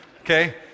Okay